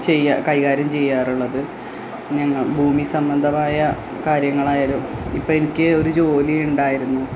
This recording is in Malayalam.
ചെയ്യുക കൈകാര്യം ചെയ്യാറുള്ളത് ഞങ്ങള് ഭൂമി സംബന്ധമായ കാര്യങ്ങളായാലും ഇപ്പോള് എനിക്ക് ഒരു ജോലി ഉണ്ടായിരുന്നു